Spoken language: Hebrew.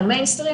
על המיינסטרים